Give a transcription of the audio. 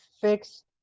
fix